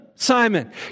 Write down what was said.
Simon